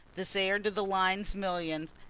this heir to the lyne millions,